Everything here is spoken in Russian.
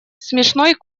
смешной